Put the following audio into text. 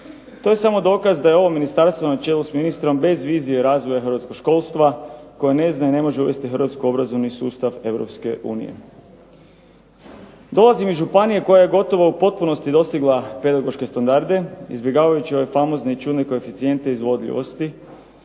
To je samo dokaza da je ovo ministarstvo na čelu s ministrom bez vizije razvoja hrvatskog školstva koje ne zna i ne može uvesti Hrvatsku u obrazovni sustav Europske unije. Dolazim iz županije koja je gotovo u potpunosti dostigla pedagoške standarde izbjegavajući ove famozne i čudne koeficijente izvodljivosti.